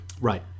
Right